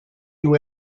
you